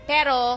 Pero